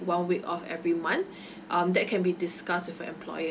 one week of every month um that can be discussed with her employer